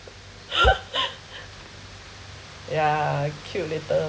yeah cute little